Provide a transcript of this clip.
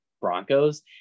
Broncos